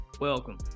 Welcome